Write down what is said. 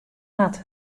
hat